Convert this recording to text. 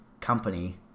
company